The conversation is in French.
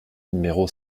numéro